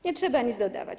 Nie trzeba nic dodawać.